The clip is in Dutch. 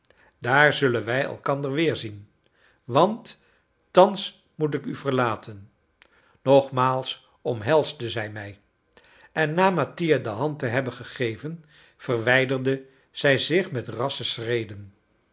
daar zullen wij elkander weerzien want thans moet ik u verlaten nogmaals omhelsde zij mij en na mattia de hand te hebben gegeven verwijderde zij zich met rasse schreden